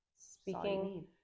Speaking